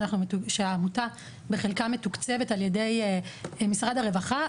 שהעמותה בחלקה מתוקצבת על ידי משרד הרווחה,